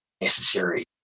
necessary